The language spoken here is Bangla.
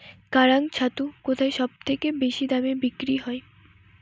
কাড়াং ছাতু কোথায় সবথেকে বেশি দামে বিক্রি হয়?